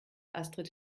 astrid